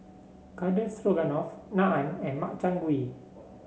Garden Stroganoff Naan and Makchang Gui